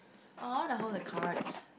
I want to hold the cards